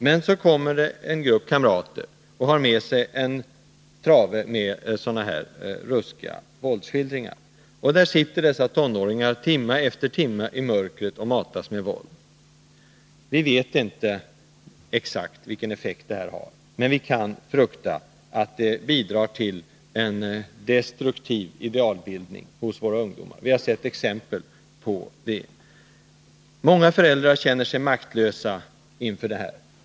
Men så kommer det en grupp kamrater och har med sig en trave våldsskildringar. Där sitter dessa tonåringar timme efter timme i mörkret och matas med våld. Vi vet inte exakt vilken effekt det har, men vi kan frukta att det bidrar till en destruktiv idealbildning hos våra ungdomar. Vi har sett exempel på det. Många föräldrar känner sig maktlösa.